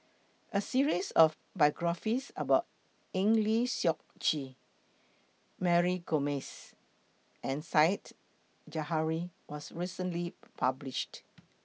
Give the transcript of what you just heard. A series of biographies about Eng Lee Seok Chee Mary Gomes and Said Zahari was recently published